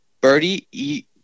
birdie –